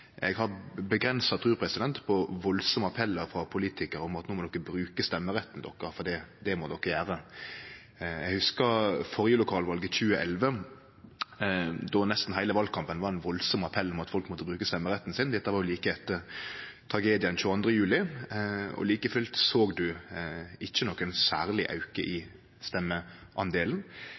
Eg har avgrensa tru på veldige appellar frå politikarar om at no må ein bruke stemmeretten sin, for det må ein gjere. Eg hugsar det førre lokalvalet, i 2011, då nesten heile valkampen var ein veldig appell om at folk måtte bruke stemmeretten sin – dette var jo like etter tragedien 22. juli – og like fullt såg ein ikkje nokon særleg auke